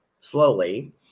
slowly